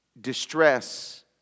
distress